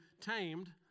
tamed